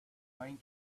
faint